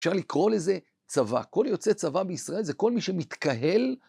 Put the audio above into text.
אפשר לקרוא לזה צבא, כל יוצא צבא בישראל זה כל מי שמתקהל...